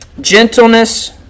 Gentleness